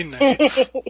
Nice